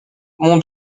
mon